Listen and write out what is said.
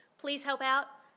please help out.